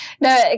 No